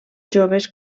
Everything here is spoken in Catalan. joves